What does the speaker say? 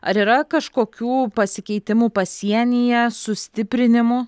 ar yra kažkokių pasikeitimų pasienyje sustiprinimų